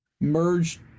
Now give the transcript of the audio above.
merged